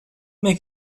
make